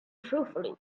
truthfully